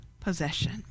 possession